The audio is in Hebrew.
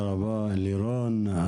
תודה רבה, לירון.